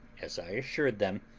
as i assured them,